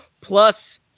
plus